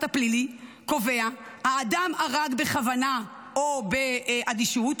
הפלילי קובע: האדם הרג בכוונה או באדישות,